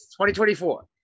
2024